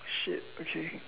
shit okay